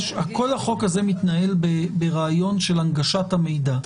כל החוק הזה מתנהל ברעיון של הנגשת המידע.